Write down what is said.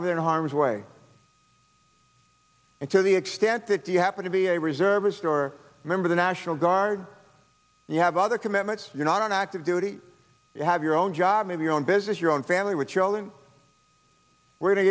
over there in harm's way and to the extent that you happen to be a reservist or remember the national guard you have other commitments you're not on active duty you have your own job maybe on business your own family with children were t